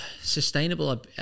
sustainable